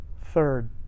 Third